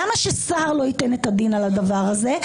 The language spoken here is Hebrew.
למה ששר לא ייתן את הדין על הדבר הזה?